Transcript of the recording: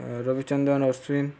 Rabichandan Ashwin